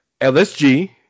LSG